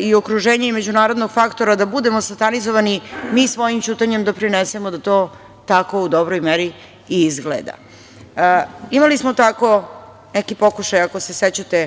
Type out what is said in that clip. i okruženjem i međunarodnog faktora da budemo satanizovani mi svojim ćutanjem doprinesemo da to tako u dobroj meri i izgleda. Imali smo tako neki pokušaj, ako se sećate,